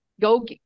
go